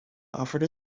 offered